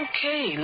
Okay